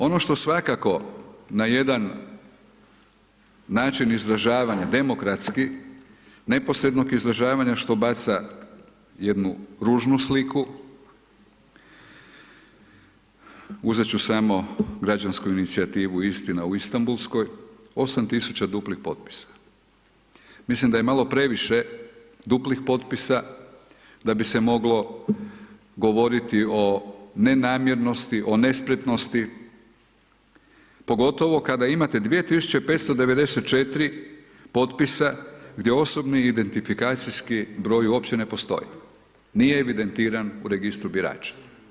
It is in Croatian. Ono što svakako na jedan način izražavanja demokratski neposrednog izražavanja što baca jednu ružnu sliku uzet ću samo građansku inicijativu Istina u Istambulskoj, 8000 duplih potpisa, mislim da je malo previše duplih potpisa da bi se moglo govoriti o nenamjernosti, o nespretnosti, pogotovo kad imate 2594 potpisa gdje OIB uopće ne postoji, nije evidentiran u registru birača.